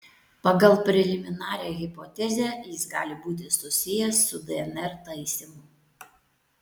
pagal preliminarią hipotezę jis gali būti susijęs su dnr taisymu